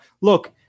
Look